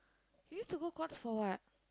you need to go Courts for what